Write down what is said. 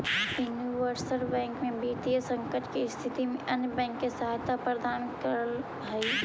universal bank वित्तीय संकट के स्थिति में अन्य बैंक के सहायता प्रदान करऽ हइ